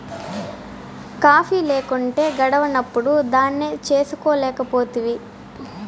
coffee లేకుంటే గడవనప్పుడు దాన్నే చేసుకోలేకపోతివి